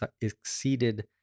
exceeded